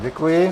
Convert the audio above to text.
Děkuji.